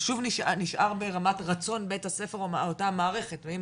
זה שוב נשאר ברמת רצון בית הספר או אותה המערכת ואם